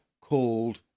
called